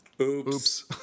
Oops